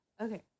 Okay